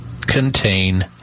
contain